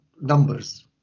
numbers